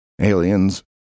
Aliens